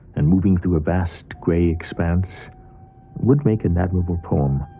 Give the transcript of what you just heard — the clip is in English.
and moving through a vast grey expanse would make an admirable poem.